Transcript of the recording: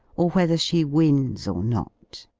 or whether she wins or not?